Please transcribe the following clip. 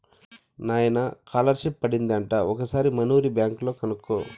నాయనా కాలర్షిప్ పడింది అంట ఓసారి మనూరి బ్యాంక్ లో కనుకో